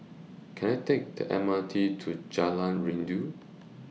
Can I Take The M R T to Jalan Rindu